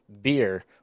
beer